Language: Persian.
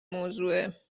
موضوعه